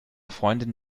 freundin